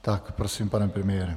Tak prosím, pane premiére.